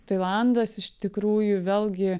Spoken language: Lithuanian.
tailandas iš tikrųjų vėlgi